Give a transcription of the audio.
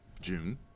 June